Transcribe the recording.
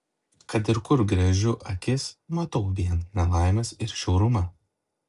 kad ir kur gręžiu akis matau vien nelaimes ir žiaurumą